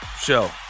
Show